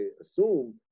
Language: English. assume